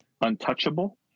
untouchable